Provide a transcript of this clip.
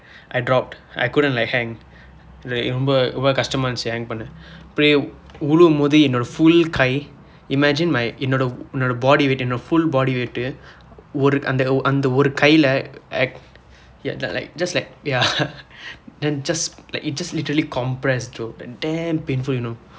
I dropped I couldn't like hang like ரொம்ப ரொம்ப கடினமாக இருந்தது:rompa rompa kadinamaaka irundthathu hang பன்ன அப்படியே விழகும்போது என்னோட:panna appadiye vizhukumpoothu ennooda full கை:kai imagine like என்னோட என்னோட:ennooda ennooda body weight என்னோட:ennooda full body weight ஒரு அந்த ஒர~ ஒரு கையில்:oru andtha or~ oru kaiyila eh~ just like ya then just it just literally compress bro damn painful you know